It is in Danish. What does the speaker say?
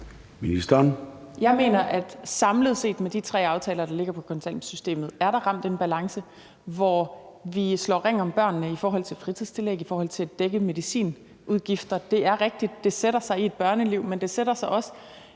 Jeg mener, at der samlet set med de tre aftaler, der ligger for kontanthjælpssystemet, er ramt en balance, hvor vi slår ring om børnene i forhold til fritidstillæg og i forhold til at dække medicinudgifter. Det er rigtigt, at det sætter sig i et børneliv, men det gør også